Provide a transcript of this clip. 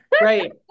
Right